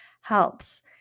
helps